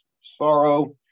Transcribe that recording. sorrow